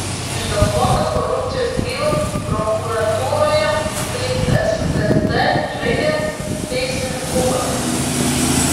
išgalvota korupcijos byla prokuratūroje kaip stt žaidė teisingumą